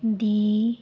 ਦੀ